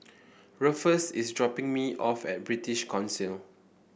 Rufus is dropping me off at British Council